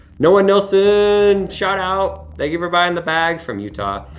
noah nelson, shout-out. thank you for buying the bag from utah.